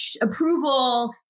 approval